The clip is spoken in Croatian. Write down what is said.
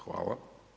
Hvala.